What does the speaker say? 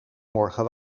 morgen